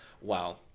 Wow